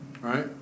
right